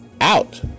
out